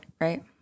Right